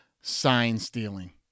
sign-stealing